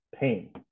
pain